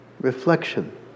reflection